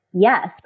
yes